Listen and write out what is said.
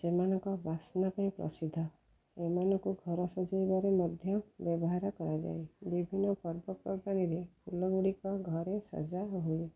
ସେମାନଙ୍କ ବାସ୍ନା ପାଇଁ ପ୍ରସିଦ୍ଧ ଏମାନଙ୍କୁ ଘର ସଜୋଇବାରେ ମଧ୍ୟ ବ୍ୟବହାର କରାଯାଏ ବିଭିନ୍ନ ପର୍ବପର୍ବାଣୀରେ ଫୁଲଗୁଡ଼ିକ ଘରେ ସଜା ହୁଏ